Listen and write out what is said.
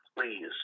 please